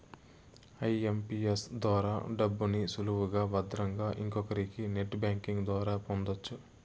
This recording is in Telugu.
ఐఎంపీఎస్ ద్వారా డబ్బుని సులువుగా భద్రంగా ఇంకొకరికి నెట్ బ్యాంకింగ్ ద్వారా పొందొచ్చు